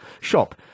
shop